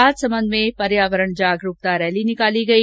राजसमंद में आज पर्यावरण जागरूकता रैली निकाली गई